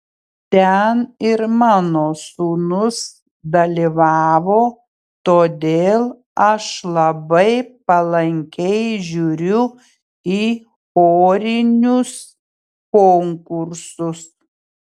ten ir mano sūnus dalyvavo todėl aš labai palankiai žiūriu į chorinius konkursus